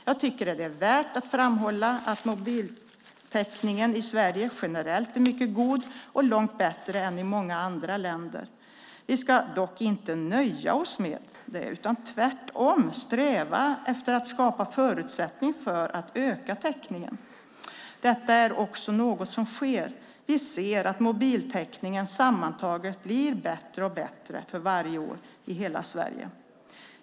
Jag tycker att det är värt att framhålla att mobiltäckningen i Sverige generellt är mycket god och långt bättre än i många andra länder. Vi ska dock inte nöja oss med det utan tvärtom sträva efter att skapa förutsättningar för att öka täckningen. Detta är något som sker. Vi ser att mobiltäckningen sammantaget blir bättre och bättre för varje år i hela Sverige.